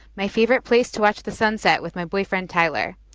my favorite place to watch the sunset with my boyfriend tyler.